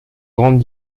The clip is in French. grandes